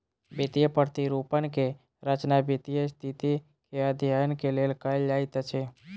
वित्तीय प्रतिरूपण के रचना वित्तीय स्थिति के अध्ययन के लेल कयल जाइत अछि